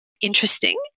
interesting